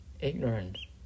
ignorance